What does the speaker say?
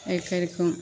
एहि करिके